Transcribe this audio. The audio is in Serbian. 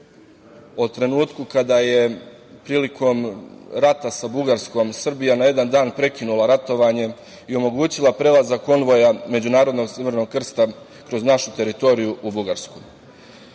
o trenutku kada je prilikom rata sa Bugarskom Srbija na jedan da prekinula ratovanje i omogućila prelazak konvoja međunarodnoj Crvenog krsta kroz našu teritoriju u Bugarsku.Zašto